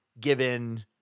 given